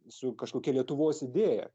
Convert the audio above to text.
su kažkokia lietuvos idėja